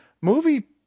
movie